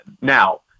Now